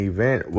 Event